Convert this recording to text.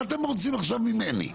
מה אתם רוצים עכשיו ממני?